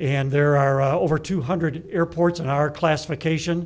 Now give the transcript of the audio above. and there are over two hundred airports in our classification